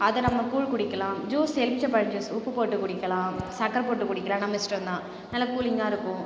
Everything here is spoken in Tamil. அதை நம்ப கூழ் குடிக்கலாம் ஜூஸ் எலும்பிச்சம் பழம் ஜூஸ் உப்பு போட்டுக் குடிக்கலாம் சக்கரை போட்டுக் குடிக்கலாம் நம்ம இஷ்டம் தான் நல்ல கூலிங்காக இருக்கும்